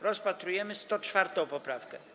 Rozpatrujemy 104. poprawkę.